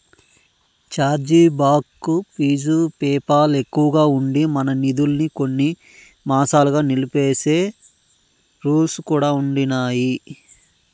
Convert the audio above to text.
charge back fee PayPal ఎక్కువగా ఉండి, మన నిదుల్మి కొన్ని మాసాలుగా నిలిపేసే రూల్స్ కూడా ఉండిన్నాయి